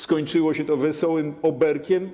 Skończyło się to wesołym oberkiem.